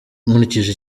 nkurikije